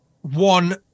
one